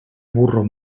burro